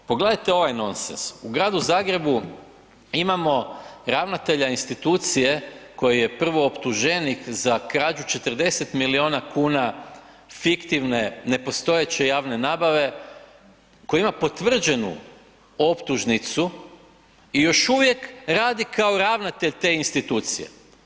Pogledajte ovaj nonsens u Gradu Zagrebu imamo ravnatelja institucije koji je prvooptuženik za krađu 40 miliona kuna fiktivne nepostojeće javne nabave, koji ima potvrđenu optužnicu i još uvijek radi kao ravnatelj te institucije.